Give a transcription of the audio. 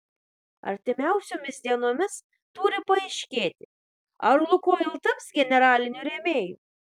artimiausiomis dienomis turi paaiškėti ar lukoil taps generaliniu rėmėju